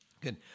Good